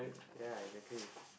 ya exactly